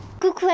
Coucou